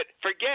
forget